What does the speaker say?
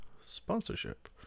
sponsorship